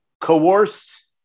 coerced